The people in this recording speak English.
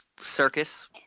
Circus